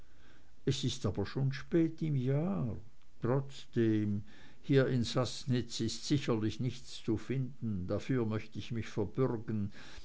es ist aber schon spät im jahr trotzdem hier in saßnitz ist sicherlich nichts zu finden dafür möcht ich mich verbürgen